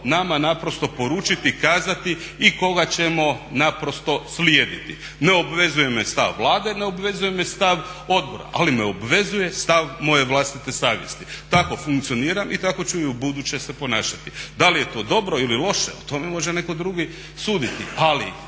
nama naprosto poručiti, kazati i koga ćemo naprosto slijediti. Ne obvezuje me stav Vlade, ne obvezuje me stav odbora ali me obvezuje stav moje vlastite savjesti. Tako funkcioniram i tako ću i ubuduće se ponašati. Da li je to dobro ili loše o tome može netko drugi suditi ali